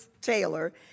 Taylor